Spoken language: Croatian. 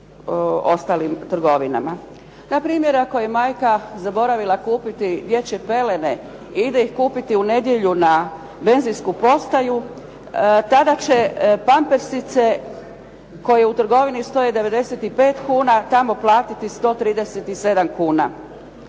ostalim trgovinama. Na primjer, ako je majka zaboravila kupiti dječje pelene i ide ih kupiti u nedjelju na benzinsku postaju tada će pampersice koje u trgovini stoje 95 kuna tamo platiti 137 kuna.